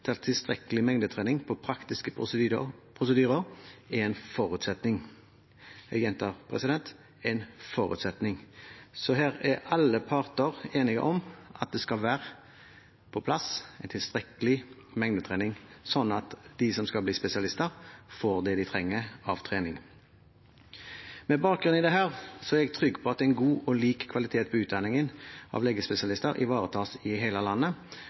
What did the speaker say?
der tilstrekkelig mengdetrening på praktiske prosedyrer er en forutsetning. Jeg gjentar: en forutsetning. Så her er alle parter enige om at det skal være på plass en tilstrekkelig mengdetrening, sånn at de som skal bli spesialister, får det de trenger av trening. Med bakgrunn i dette er jeg trygg på at en god og lik kvalitet på utdanningen av legespesialister ivaretas i hele landet.